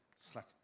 Slack